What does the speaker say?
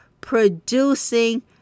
producing